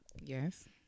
Yes